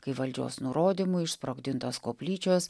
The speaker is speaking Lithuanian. kai valdžios nurodymu išsprogdintos koplyčios